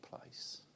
place